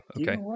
Okay